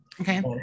okay